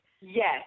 Yes